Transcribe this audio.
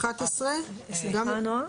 סליחה נעה.